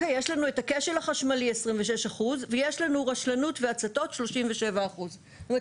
יש לנו את הכשל החשמלי 26% ויש לנו רשלנות והצתות 37%. כלומר,